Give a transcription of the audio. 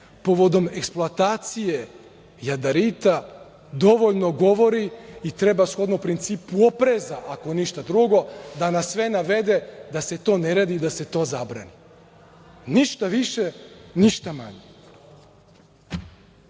povodom eksploatacije jadarita, dovoljno govori i treba shodno principu opreza, ako ništa drugo, da nas sve navede da se to ne radi i da se to zabrani. Ništa više, ništa manje.Za